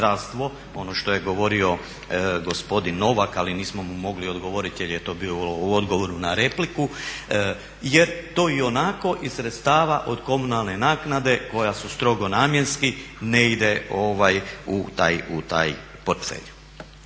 Ono što je govorio gospodin Novak, ali nismo mu mogli odgovoriti jer je to bilo u odgovoru na repliku, jer to ionako iz sredstava od komunalne naknade koja su strogo namjenski ne ide u taj portfelj.